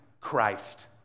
Christ